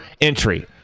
entry